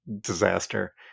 disaster